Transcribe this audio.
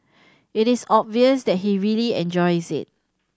it is obvious that he really enjoys it